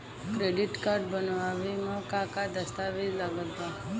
Credit card बनवावे म का का दस्तावेज लगा ता?